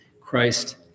Christ